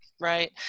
right